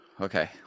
Okay